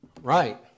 Right